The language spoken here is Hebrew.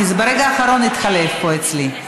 כי ברגע האחרון זה התחלף פה אצלי.